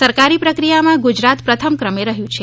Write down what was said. સરકારી પ્રક્રિયામાં ગુજરાત પ્રથમ ક્રમે રહ્યું છે